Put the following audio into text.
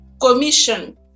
Commission